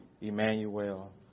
Emmanuel